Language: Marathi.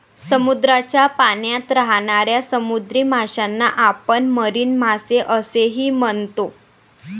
समुद्राच्या पाण्यात राहणाऱ्या समुद्री माशांना आपण मरीन मासे असेही म्हणतो